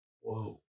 Whoa